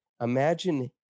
imagine